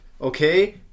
okay